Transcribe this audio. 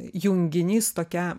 junginys tokia